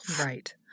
Right